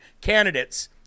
candidates